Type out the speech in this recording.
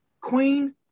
Queen